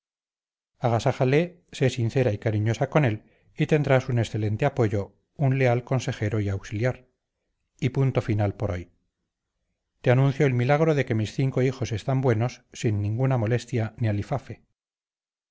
sé sincera y cariñosa con él y tendrás un excelente apoyo un leal consejero y auxiliar y punto final por hoy te anuncio el milagro de que mis cinco hijos están buenos sin ninguna molestia ni